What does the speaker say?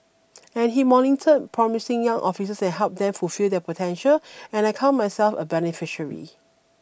and he monitor promising young officers and helped them fulfill their potential and I count myself a beneficiary